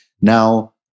Now